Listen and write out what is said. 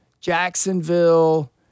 Jacksonville